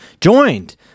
joined